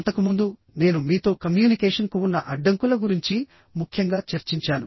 అంతకుముందు నేను మీతో కమ్యూనికేషన్కు ఉన్న అడ్డంకుల గురించి ముఖ్యంగా చర్చించాను